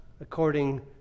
according